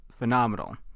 Phenomenal